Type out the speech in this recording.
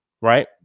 right